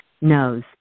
knows